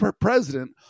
president